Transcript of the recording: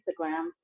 Instagram